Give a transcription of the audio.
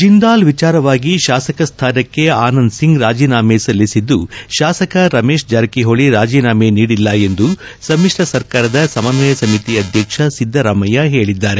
ಜಿಂದಾಲ್ ವಿಚಾರವಾಗಿ ಶಾಸಕ ಸ್ವಾನಕ್ಕೆ ಆನಂದ್ ಸಿಂಗ್ ರಾಜೀನಾಮೆ ಸಲ್ಲಿಸಿದ್ದು ಶಾಸಕ ರಮೇಶ್ ಜಾರಕಿಹೊಳಿ ರಾಜೀನಾಮೆ ನೀಡಿಲ್ಲ ಎಂದು ಸಮ್ಮಿಶ್ರ ಸರ್ಕಾರದ ಸಮನ್ವಯ ಸಮಿತಿ ಅಧ್ಯಕ್ಷ ಸಿದ್ದರಾಮಯ್ಯ ಹೇಳಿದ್ದಾರೆ